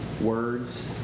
words